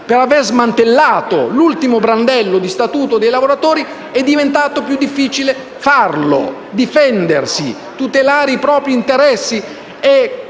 per aver smantellato l'ultimo brandello di statuto dei lavoratori, è diventato più difficile farlo, difendersi, tutelare i propri interessi.